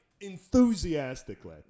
Enthusiastically